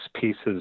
pieces